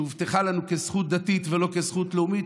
שהובטחה לנו כזכות דתית ולא כזכות לאומית.